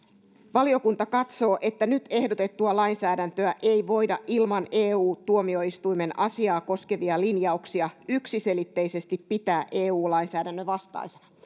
valiokunta katsoo että nyt ehdotettua lainsäädäntöä ei voida ilman eu tuomioistuimen asiaa koskevia linjauksia yksiselitteisesti pitää eu lainsäädännön vastaisena